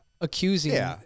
accusing